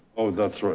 oh that's right